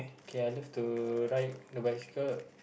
okay I love to ride the bicycle